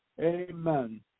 Amen